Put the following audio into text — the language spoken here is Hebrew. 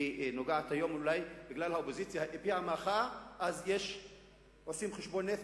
אולי מפני שהאופוזיציה הביעה מחאה עושים חשבון נפש,